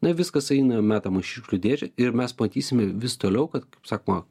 na viskas eina metama į šiukšlių dėžę ir mes matysime vis toliau kad kaip sakoma